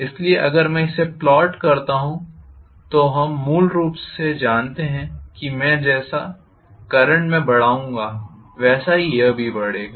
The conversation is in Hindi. इसलिए अगर मैं इसे प्लॉट करता हूं तो हम मूल रूप से जानते हैं कि मैं जैसा करंट में बढ़ाऊँगा वैसा ही यह भी बढ़ेगा